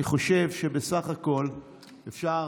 אני חושב שבסך הכול אפשר